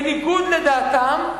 בניגוד לדעתם,